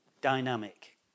dynamic